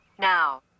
now